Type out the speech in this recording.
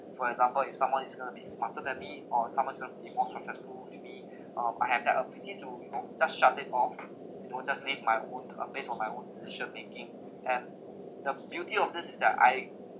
for example if someone is going to be smarter than me or if someone who is going to be more successful than me um I have that ability to you know just shut it off you know just live my own uh based on my own decision making and the beauty of this is that I